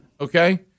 okay